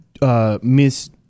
Miss